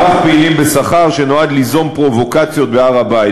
מערך פעילים בשכר נועד ליזום פרובוקציות בהר-הבית.